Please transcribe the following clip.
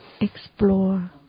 explore